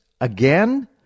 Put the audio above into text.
again